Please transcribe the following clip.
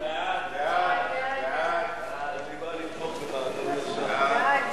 הצעת חוק בתי-המשפט (בוררות חובה) (הוראת שעה),